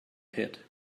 pit